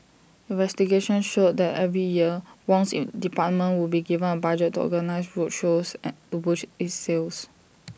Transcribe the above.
investigation showed that every year Wong's in department would be given A budget to organise road shows and to boost its sales